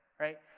right?